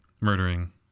murdering